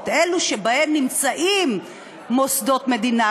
אלה שבהן נמצאים מוסדות מדינה,